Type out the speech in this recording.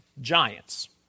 giants